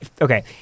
okay